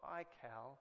iCal